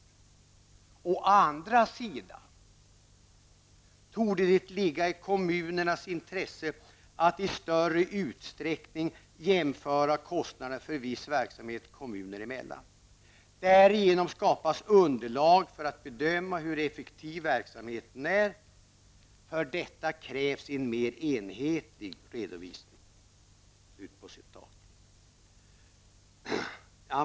Å andra sidan torde det ligga i kommunernas intresse att i större utsträckning kunna jämföra kostnader för viss verksamhet kommuner emellan. Därigenom skapas underlag för att bedöma hur effektiv verksamheten är. För detta krävs en mer enhetlig redovisning.''